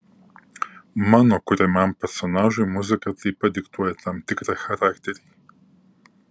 mano kuriamam personažui muzika taip pat diktuoja tam tikrą charakterį